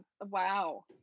Wow